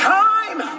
time